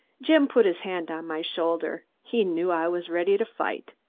jim put his hand on my shoulder. he knew i was ready to fight.